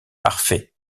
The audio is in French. parfait